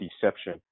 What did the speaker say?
deception